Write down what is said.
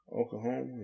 Oklahoma